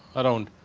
around.